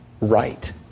right